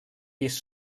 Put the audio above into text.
pis